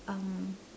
um